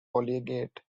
collegiate